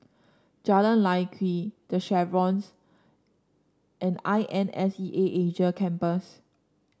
Jalan Lye Kwee The Chevrons and I N S E A Asia Campus